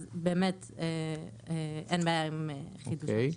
אז אין בעיה עם חידוש רישיון.